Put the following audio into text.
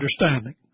understanding